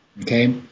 Okay